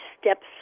steps